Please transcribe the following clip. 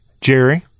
Jerry